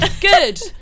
good